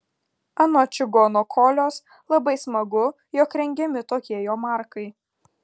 anot čigono kolios labai smagu jog rengiami tokie jomarkai